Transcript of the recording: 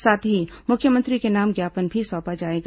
साथ ही मुख्यमंत्री के नाम ज्ञापन भी सौंपा जाएगा